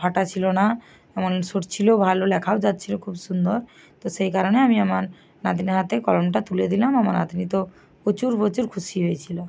ফাটা ছিল না এমন সরছিলও ভালো লেখাও যাচ্ছিলো খুব সুন্দর তো সেই কারণে আমি আমার নাতনির হাতে কলমটা তুলে দিলাম আমার নাতনি তো প্রচুর প্রচুর খুশি হয়েছিলো